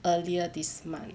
earlier this month